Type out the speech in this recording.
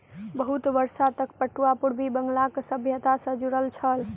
बहुत वर्ष तक पटुआ पूर्वी बंगालक सभ्यता सॅ जुड़ल छल